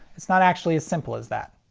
it's not actually as simple as that.